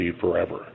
forever